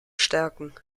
stärken